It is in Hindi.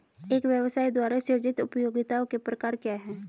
एक व्यवसाय द्वारा सृजित उपयोगिताओं के प्रकार क्या हैं?